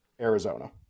Arizona